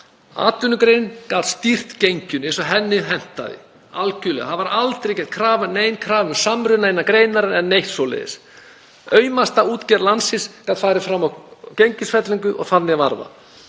atvinnugreinin gat stýrt genginu eins og henni hentaði, algjörlega. Það var aldrei gerð nein krafa um samruna innan greinarinnar eða neitt svoleiðis. Aumasta útgerð landsins gat farið fram á gengisfellingu og þannig var